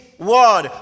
Word